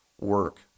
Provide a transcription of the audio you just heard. work